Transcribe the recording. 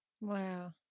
Wow